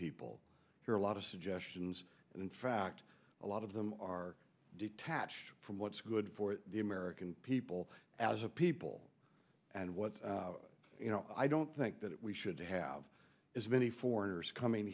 people hear a lot of suggestions and in fact a lot of them are detached from what's good for the american people as a people and what you know i don't think that we should have as many foreigners coming